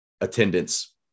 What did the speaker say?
attendance